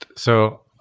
so,